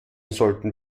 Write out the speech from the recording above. sollten